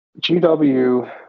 GW